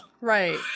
right